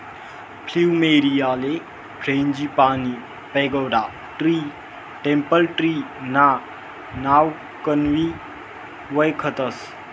फ्लुमेरीयाले frangipani, pagoda tree, temple tree ना नावकनबी वयखतस